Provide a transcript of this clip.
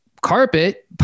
Carpet